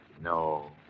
no